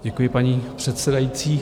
Děkuji, paní předsedající.